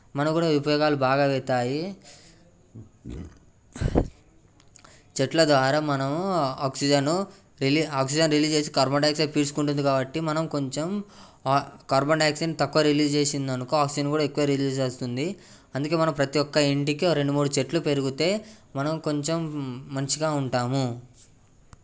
మనకు కూడా ఉపయోగాలు బాగా అవుతాయి చెట్ల ద్వారా మనము ఆక్సిజన్ రిలీజ్ ఆక్సిజన్ రిలీజ్ చేసి కార్బన్ డైయాక్సైడ్ తీసుకుంటుంది కాబట్టి మనం కొంచెం కార్బన్ డయాక్సైడ్ని తక్కువ రిలీజ్ చేసింది అనుకో ఆక్సిజన్ కూడా ఎక్కువ రిలీజ్ చేస్తుంది అందుకే మనం ప్రతి ఒక్క ఇంటికి రెండు మూడు చెట్లు పెరిగితే మనం కొంచెం మంచిగా ఉంటాము